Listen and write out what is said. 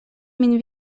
min